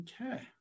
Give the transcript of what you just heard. Okay